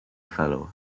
fellow